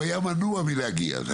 הוא היה מנוע מלהגיע.